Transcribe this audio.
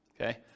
okay